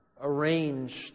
arranged